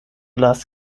last